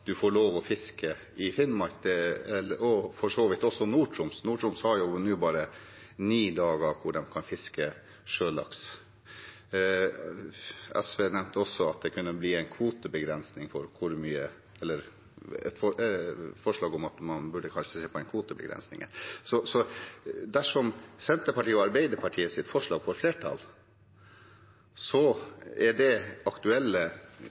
får lov til å fiske i Finnmark – og for så vidt også i Nord-Troms. Nord-Troms har jo nå bare ni dager hvor de kan fiske sjølaks. SV nevnte også at det kunne bli et forslag om at man kanskje burde se på en kvotebegrensning. Dersom Senterpartiet og Arbeiderpartiets forslag får flertall, er det aktuelle